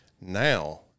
Now